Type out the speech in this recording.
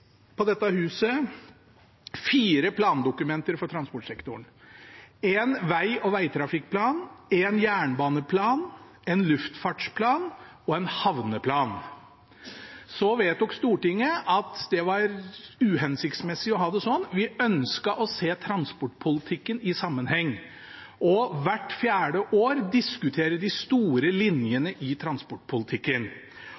på dette huset fire plandokumenter for transportsektoren: én veg- og vegtrafikkplan, én jernbaneplan, én luftfartsplan og én havneplan. Så vedtok Stortinget at det var uhensiktsmessig å ha det sånn, vi ønsket å se transportpolitikken i sammenheng og hvert fjerde år diskutere de store